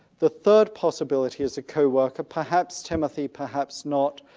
the third possibility is a co-worker, perhaps timothy, perhaps not,